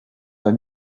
pas